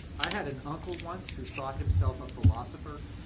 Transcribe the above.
i had an uncle once who thought himself a philosopher.